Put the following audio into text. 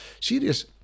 serious